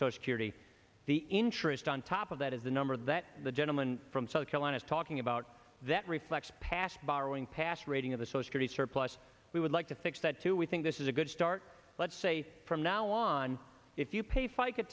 charity the interest on top of that is the number that the gentleman from south carolina talking about that reflects past borrowing past rating of the so screw the surplus we would like to fix that too we think this is a good start let's say from now on if you pay fica